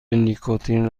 نیکوتین